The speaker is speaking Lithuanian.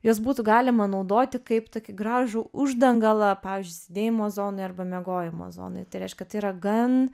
juos būtų galima naudoti kaip tokį gražų uždangalą pavyzdžiui sėdėjimo zonoj arba miegojimo zonoj tai reiškia tai yra gan